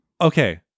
Okay